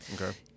Okay